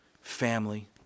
family